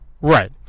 right